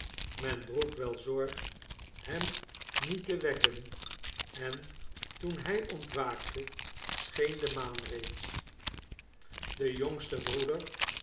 men droeg wel zorg hem niet te wekken en toen hij ontwaakte scheen de maan reeds de jongste broeder